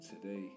today